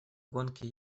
гонке